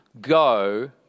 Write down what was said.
go